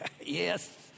Yes